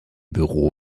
büro